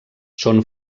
són